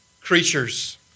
creatures